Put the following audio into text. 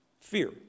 Fear